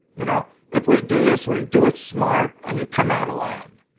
you know if we do this, we do it smart and you come out alive.